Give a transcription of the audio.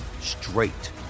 straight